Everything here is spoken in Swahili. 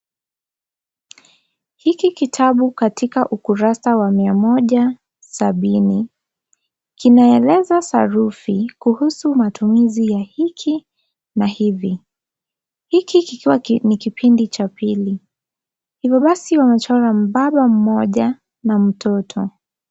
Hiki kitabu katika ukurasa wa 170,kinaeleza sarufi, kuhusu matumizi ya hiki na hivi. Hiki kikiwa ni kipindi cha pili. Hivyo basi wamechora mbaba mmoja na mtoto.